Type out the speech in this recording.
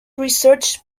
research